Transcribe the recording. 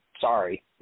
sorry